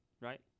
right